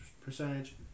percentage